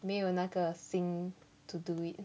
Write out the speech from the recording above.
没有那个心 to do it